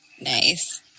nice